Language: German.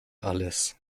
alles